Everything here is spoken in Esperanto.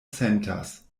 sentas